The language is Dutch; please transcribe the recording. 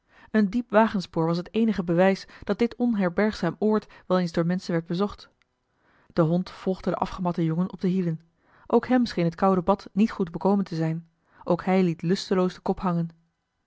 een diep wagenspoor was het eenige bewijs dat dit onherbergzaam oord wel eens door menschen werd bezocht de hond volgde den afgematten jongen op de hielen ook hem scheen het koude bad niet goed bekomen te zijn ook hij liet lusteloos den kop hangen